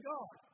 God